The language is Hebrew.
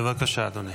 בבקשה, אדוני.